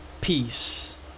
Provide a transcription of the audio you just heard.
peace